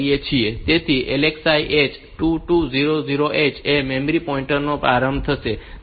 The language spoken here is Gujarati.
તેથી LXI H 2200 H એ મેમરી પોઇન્ટર નો પ્રારંભ કરશે